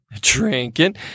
drinking